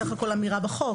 זוהי בסך הכל אמירה בחוק,